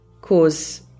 cause